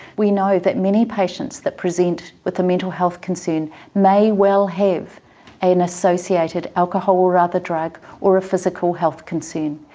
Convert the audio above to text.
we know that many patients that present with a mental health concern may well have an associated alcohol or other drug or a physical health concern.